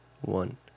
one